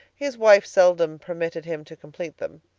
his wife seldom permitted him to complete them.